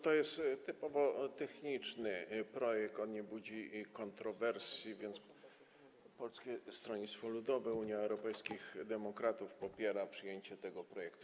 To jest typowo techniczny projekt, on nie budzi kontrowersji, więc Polskie Stronnictwo Ludowe - Unia Europejskich Demokratów popiera przyjęcie tego projektu.